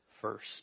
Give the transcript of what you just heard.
first